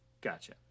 Gotcha